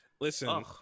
listen